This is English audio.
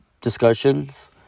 discussions